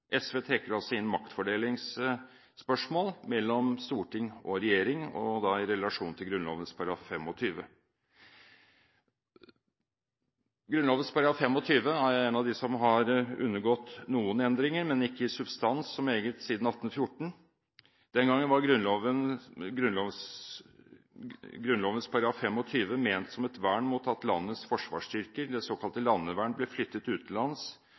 SV trekker altså inn maktfordelingsspørsmål mellom storting og regjering, og da i relasjon til Grunnloven § 25. Grunnloven § 25 er en av de som har undergått noen endringer, men ikke så meget i substans, siden 1814. Den gangen var Grunnloven § 25 ment som et vern mot at landets forsvarsstyrker, det såkalte landevern, ble flyttet utenlands